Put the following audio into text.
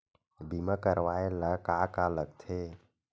बीमा करवाय ला का का लगथे?